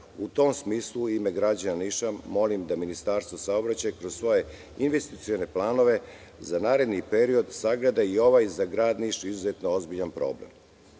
U tom smislu, u ime građana Niša, molim da Ministarstvo saobraćaja, kroz svoje investicione planove za naredni period, sagleda i ovaj za Grad Niš izuzetno ozbiljan